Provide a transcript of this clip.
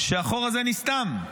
שהחור הזה נסתם.